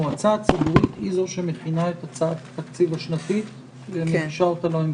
המועצה הציבורית היא זו שמכינה את הצעת התקציב השנתית ומגישה לממשלה?